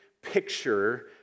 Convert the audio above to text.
picture